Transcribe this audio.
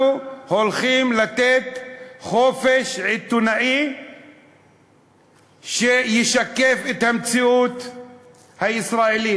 אנחנו הולכים לתת חופש עיתונאי שישקף את המציאות הישראלית.